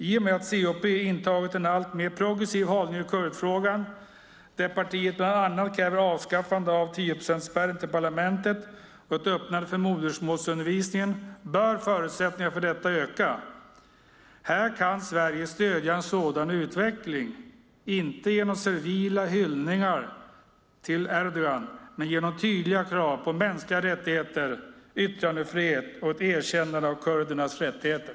I och med att CHP har intagit en alltmer progressiv hållning i kurdfrågan, där partiet bland annat kräver avskaffande av 10-procentsspärren till parlamentet och öppnar för modersmålsundervisning, bör förutsättningarna för detta öka. Här kan Sverige stödja en sådan utveckling, inte genom servila hyllningar till Erdogan utan genom tydliga krav på mänskliga rättigheter, yttrandefrihet och ett erkännande av kurdernas rättigheter.